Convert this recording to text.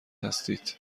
هستید